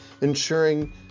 ensuring